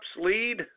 lead